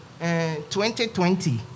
2020